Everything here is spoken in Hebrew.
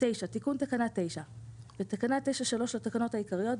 תיקון תקנה 9 9. בתקנה 9(3) לתקנות העיקריות,